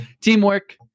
teamwork